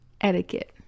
etiquette